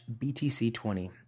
BTC20